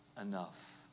enough